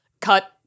cut